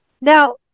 Now